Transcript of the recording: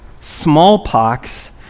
smallpox